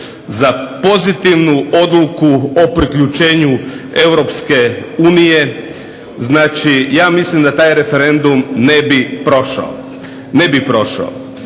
za pozitivnu odluku o priključenju Europske unije, znači ja mislim da taj referendum ne bi prošao. I ja